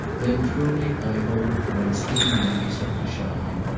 then truly, i hold, one's theme may be said to shine,